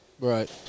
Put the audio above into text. right